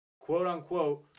quote-unquote